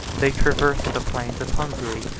they traversed the plains of hungary,